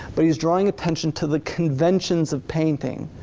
but he's drawing attention to the conventions of painting.